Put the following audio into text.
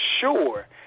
sure